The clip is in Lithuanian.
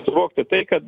suvokti tai kad